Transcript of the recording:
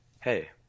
Hey